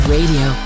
Radio